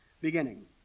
beginning